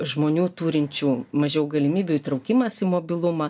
žmonių turinčių mažiau galimybių įtraukimas į mobilumą